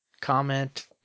comment